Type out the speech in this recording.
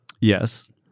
Yes